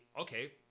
okay